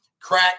crack